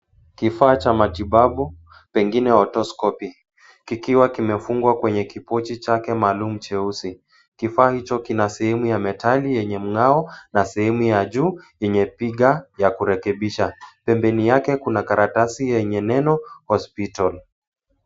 Kifaa cha matibabu pengine autoscopy kikiwa kimefungwa kwenye kipochi chake maalumu cheusi. Kifaa hicho kina sehemu ya metali yenye mngao na sehemu ya juu yenye viga ya kurekebisha. Pembeni yake kuna karatasi yenye neno hospital .